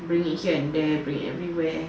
bring it here and there bring it everywhere